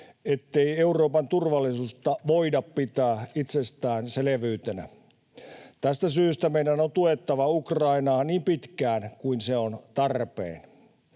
ettei Euroopan turvallisuutta voida pitää itsestäänselvyytenä. Tästä syystä meidän on tuettava Ukrainaa niin pitkään kuin se on tarpeen.